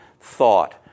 thought